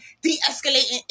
de-escalating